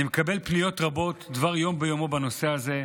אני מקבל פניות רבות דבר יום ביומו בנושא הזה.